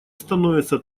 становится